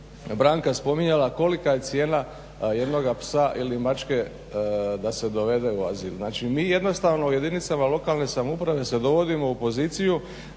Branka spominjala kolika je cijena jednoga psa ili mačke da se dovede u azil. Znači mi jednostavno u jedinicama lokalne samouprave se dovodimo u poziciju